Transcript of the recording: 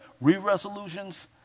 re-resolutions